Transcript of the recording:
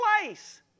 place